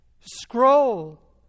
scroll